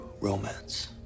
romance